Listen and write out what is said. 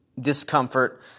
discomfort